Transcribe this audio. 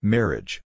Marriage